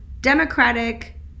democratic